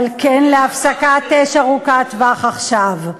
אבל כן להפסקת אש ארוכת טווח עכשיו.